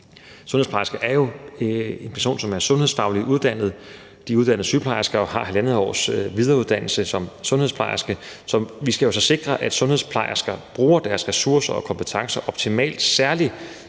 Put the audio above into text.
Sundhedsplejersken er jo en person, som er sundhedsfagligt uddannet. De er uddannede sygeplejersker og har 1½ års videreuddannelse som sundhedsplejersker. Vi skal jo så sikre, at sundhedsplejersker bruger deres ressourcer og kompetencer optimalt, særlig